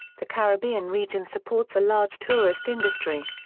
the caribbean region supports a large tourist industry.